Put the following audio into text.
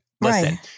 Listen